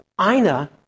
Ina